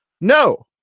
No